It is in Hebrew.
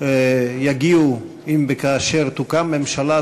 יגיעו אם וכאשר תוקם ממשלה,